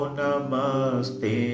namaste